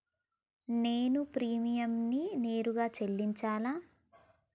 నేను ప్రీమియంని నేరుగా చెల్లించాలా?